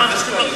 למה, ?